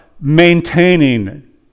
maintaining